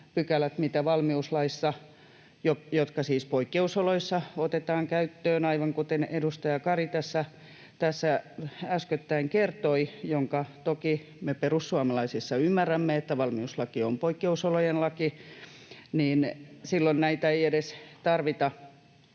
jolloin näitä pykäliä, jotka siis poikkeusoloissa otetaan käyttöön, aivan kuten edustaja Kari tässä äskettäin kertoi — toki me perussuomalaisissa ymmärrämme, että valmiuslaki on poikkeusolojen laki — ei käytännössä katsoen edes tarvita.